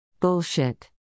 Bullshit